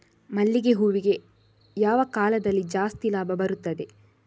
ಮಲ್ಲಿಗೆ ಹೂವಿಗೆ ಯಾವ ಕಾಲದಲ್ಲಿ ಜಾಸ್ತಿ ಲಾಭ ಬರುತ್ತದೆ?